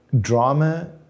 drama